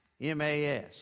M-A-S